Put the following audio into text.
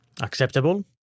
acceptable